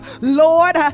Lord